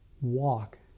walk